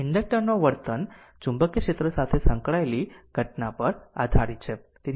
inductor નો વર્તન ચુંબકીય ક્ષેત્ર સાથે સંકળાયેલી ઘટના પર આધારિત છે